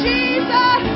Jesus